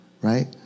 right